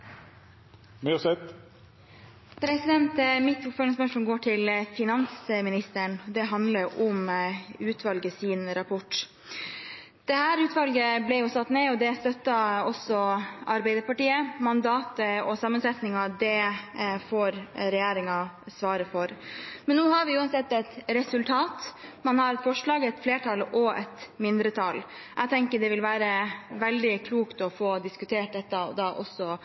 Mitt oppfølgingsspørsmål går til finansministeren, og det handler om utvalgets rapport. Dette utvalget ble satt ned, og det støttet også Arbeiderpartiet. Mandatet og sammensetningen får regjeringen svare for. Nå har vi uansett et resultat, man har et forslag, et flertall og et mindretall. Jeg tenker det vil være veldig klokt å få diskutert dette på en ordentlig måte i Stortinget. For Arbeiderpartiet er det grunnleggende at fellesskapets ressurser også